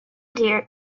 dear